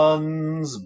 Ones